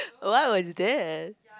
what was this